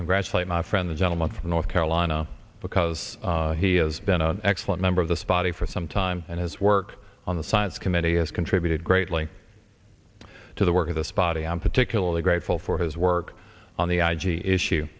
congratulate my friend the gentleman from north carolina because he has been an excellent member of the spotty for some time and his work on the science committee has contributed greatly to the work of this body i'm particularly grateful for his work on the i g issue